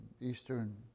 Eastern